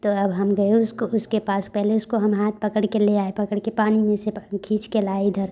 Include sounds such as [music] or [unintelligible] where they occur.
तो अब हम गए उसको उसके पास पहले उसको हम हाथ पकड़ के ले आए पकड़ के पानी में से [unintelligible] खींच के लाए इधर